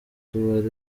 tubare